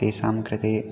तेषां कृते